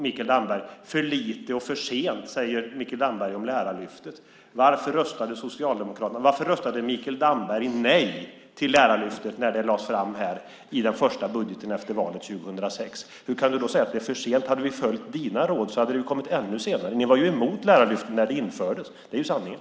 Mikael Damberg sade för lite och för sent om Lärarlyftet. Varför röstade då Mikael Damberg nej till Lärarlyftet när det lades fram här i den första budgeten efter valet 2006? Hade vi följt dina råd hade det kommit ännu senare. Socialdemokraterna var ju emot Lärarlyftet när det infördes. Det är sanningen.